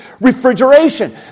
refrigeration